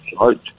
right